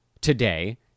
today